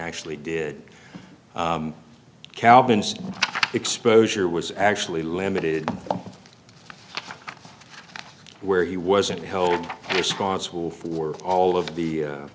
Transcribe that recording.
actually did calvin's exposure was actually limited where he wasn't held responsible for all of the